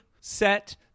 set